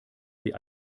sie